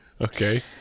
okay